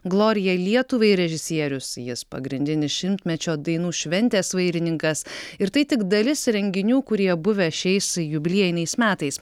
glorija lietuvai režisierius jis pagrindinis šimtmečio dainų šventės vairininkas ir tai tik dalis renginių kurie buvę šiais jubiliejiniais metais